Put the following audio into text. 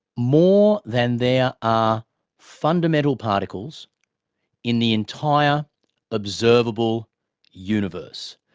more than there are fundamental particles in the entire observable universe.